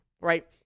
right